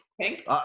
Pink